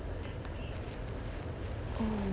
oo